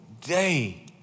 day